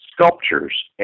sculptures